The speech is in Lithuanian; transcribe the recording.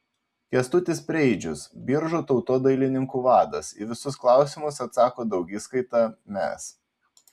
kęstutis preidžius biržų tautodailininkų vadas į visus klausimus atsako daugiskaita mes